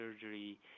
surgery